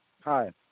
Hi